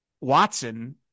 Watson